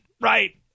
right